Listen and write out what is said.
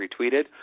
retweeted